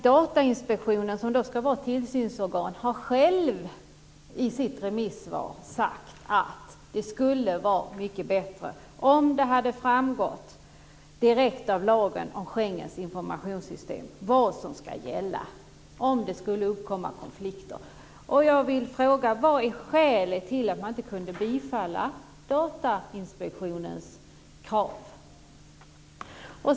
Datainspektionen, som ska vara tillsynsorgan, har själv i sitt remissvar sagt att det hade varit mycket bättre om det hade framgått direkt av lagen om Schengens informationssystem vad som ska gälla om det uppkommer konflikter. Vad är skälet till att man inte kunde bifalla Datainspektionens krav?